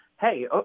hey